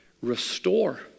Restore